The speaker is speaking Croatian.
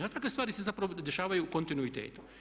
A takve stvari se zapravo dešavaju u kontinuitetu.